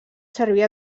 servir